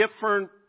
different